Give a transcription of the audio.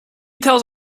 tells